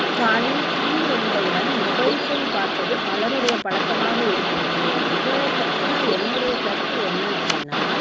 காலையில் தூங்கி எழுந்த உடன் மொபைல் ஃபோன் பார்ப்பது பலருடைய பழக்கமாக இருக்கின்றது இதை பற்றின என்னோடைய கருத்து என்ன அப்படினா